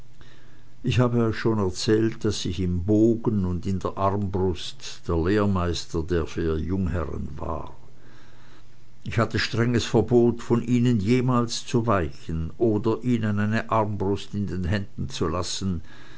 ich habe euch schon erzählt daß ich im bogen und in der armbrust der lehrmeister der vier jungherren war ich hatte strenges verbot von ihnen jemals zu weichen oder ihnen eine armbrust in den händen zu lassen